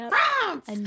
France